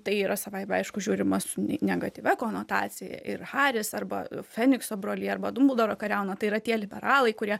tai yra savaime aišku žiūrima su negatyvia konotacija ir haris arba fenikso brolija arba dumbldoro kariauna tai yra tie liberalai kurie